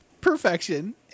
perfection